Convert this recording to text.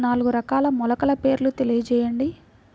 నాలుగు రకాల మొలకల పేర్లు తెలియజేయండి?